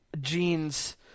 jeans